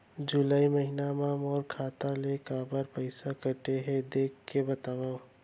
जुलाई महीना मा मोर खाता ले काबर पइसा कटे हे, देख के बतावव?